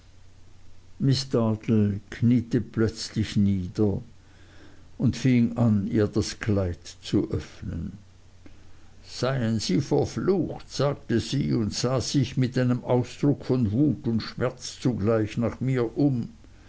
miß dartle kniete plötzlich vor ihr nieder und fing an ihr das kleid zu öffnen seien sie verflucht sagte sie und sah sich mit einem ausdruck von wut und schmerz zugleich nach mir um